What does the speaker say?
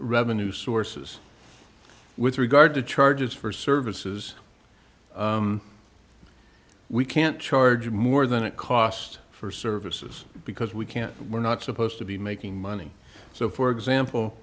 revenue sources with regard to charges for services we can't charge more than it cost for services because we can't we're not supposed to be making money so for example